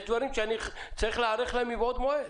יש דברים שאני צריך להיערך לקראתם מבעוד מועד.